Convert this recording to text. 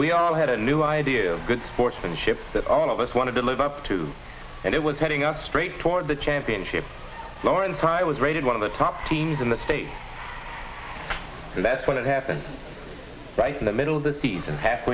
we all had a new idea of good sportsmanship that all of us wanted to live up to and it was setting us straight toward the championship lauren pry was rated one of the top teams in the state and that's when it happened right in the middle of the season half